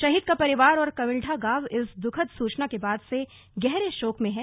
शहीद का परिवार और कविल्ठा गांव इस दुःखद सूचना के बाद से गहरे शोक में हैं